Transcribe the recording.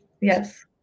Yes